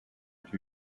two